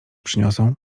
przyniosą